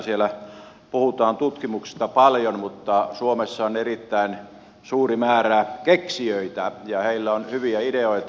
siellä puhutaan tutkimuksesta paljon mutta suomessa on erittäin suuri määrä keksijöitä ja heillä on hyviä ideoita